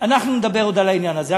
אנחנו נדבר עוד על העניין הזה.